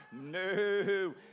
no